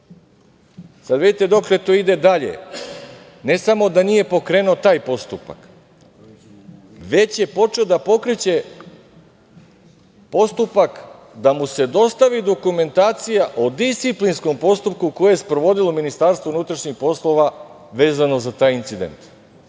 vidite dokle to ide dalje. Ne samo da nije pokrenuo taj postupak, već je počeo da pokreće postupak da mu se dostavi dokumentacija o disciplinskom postupku koje je sprovodilo Ministarstvo unutrašnjih poslova vezano za taj incident.